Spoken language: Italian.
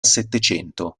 settecento